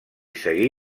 seguí